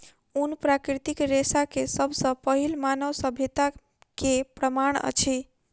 ऊन प्राकृतिक रेशा के सब सॅ पहिल मानव सभ्यता के प्रमाण अछि